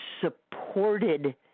supported